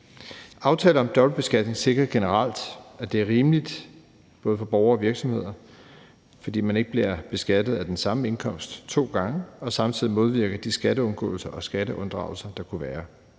Aftalen om dobbeltbeskatning sikrer generelt, at der er rimelighed både for borgere og virksomheder, fordi man ikke bliver beskattet af den samme indkomst to gange. Samtidig modvirker den de skatteundgåelser og skatteunddragelser, der kunne være.